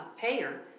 payer